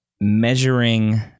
measuring